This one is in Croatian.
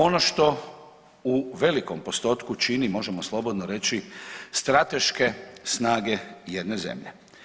Ono što u velikom postotku čini, možemo slobodno reći, strateške snage jedne zemlje.